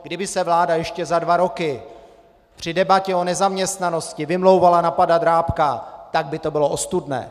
Kdyby se vláda ještě za dva roky při debatě o nezaměstnanosti vymlouvala na pana Drábka, tak by to bylo ostudné.